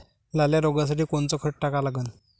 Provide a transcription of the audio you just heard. लाल्या रोगासाठी कोनचं खत टाका लागन?